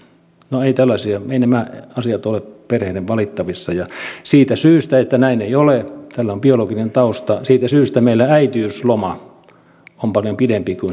no eivät nämä asiat ole perheiden valittavissa ja siitä syystä että näin ei ole tällä on biologinen tausta meillä äitiysloma on paljon pidempi kuin isyysloma